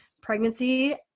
pregnancy